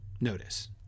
notice